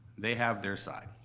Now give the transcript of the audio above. they have their side,